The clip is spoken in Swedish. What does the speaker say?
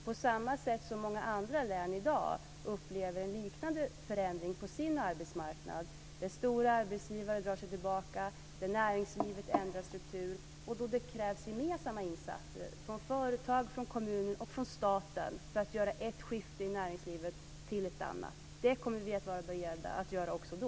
På samma sätt upplever många andra län i dag en liknande förändring på sin arbetsmarknad när stora arbetsgivare drar sig tillbaka och när näringslivet ändrar struktur. Då krävs det gemensamma insatser - från företag, från kommuner och från staten - för att göra detta skifte till ett annat näringsliv. Det kommer vi också att vara beredda att göra då.